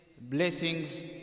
blessings